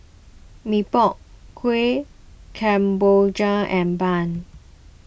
Mee Pok Kuih Kemboja and Bun